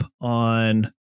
on